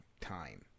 time